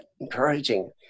encouraging